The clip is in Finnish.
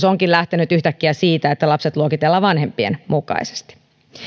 onkin lähtenyt yhtäkkiä siitä että lapset luokitellaan vanhempien mukaisesti